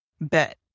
bet